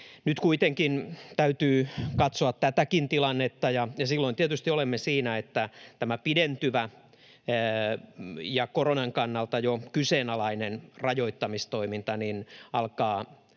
Nyt kuitenkin täytyy katsoa tätäkin tilannetta, ja silloin tietysti olemme siinä, että tämä pidentyvä ja koronan kannalta jo kyseenalainen rajoittamistoiminta alkaa